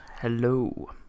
Hello